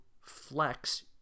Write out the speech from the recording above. flex